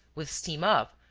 with steam up,